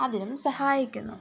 അതിനും സഹായിക്കുന്നു